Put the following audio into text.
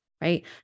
right